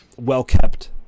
well-kept